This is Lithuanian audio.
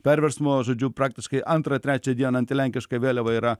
perversmo žodžiu praktiškai antrą trečią dieną antilenkiška vėliava yra